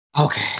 Okay